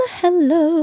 hello